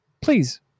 Please